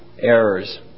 errors